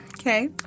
Okay